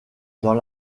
dans